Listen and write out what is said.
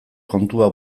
kontua